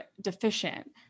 deficient